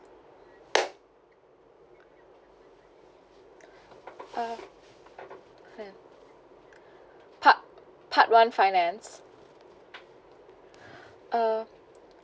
uh part part one finance uh